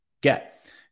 get